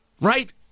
right